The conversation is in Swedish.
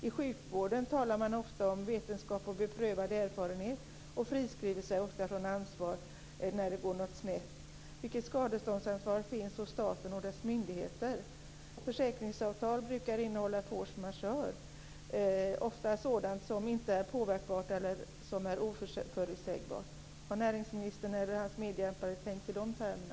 I sjukvården talar man ofta om vetenskap och beprövad erfarenhet och friskriver sig från ansvar när något går snett. Vilket skadeståndsansvar finns det hos staten och dess myndigheter? Försäkringsavtal brukar innehålla force majeure, ofta sådant som inte är påverkbart eller som är oförutsägbart. Har näringsministern eller hans medhjälpare tänkt i de termerna?